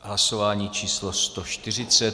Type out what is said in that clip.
Hlasování číslo 140.